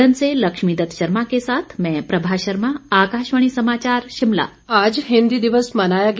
सोलन से लक्ष्मीदत्त शर्मा के साथ मैं प्रभा शर्मा आकाशवाणी समाचार शिमला हिंदी दिवस आज हिंदी दिवस मनाया गया